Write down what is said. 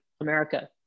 America